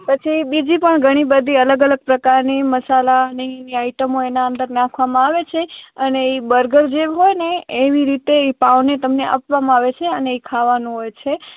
પછી બીજી પણ ઘણી બધી અલગ અલગ પ્રકારની મસાલાની આઈટમો એનાં અંદર નાખવામાં આવે છે અને એ બર્ગર જે હોય ને એવી રીતે એ પાંઉને તમને આપવામાં આવે છે અને એ ખાવાનું હોય છે